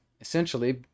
essentially